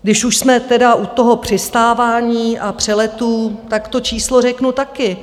Když už jsme teda u toho přistávání a přeletů, tak to číslo řeknu taky.